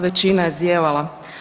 Većina je zijevala.